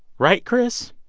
right, chris?